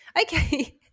Okay